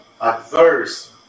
adverse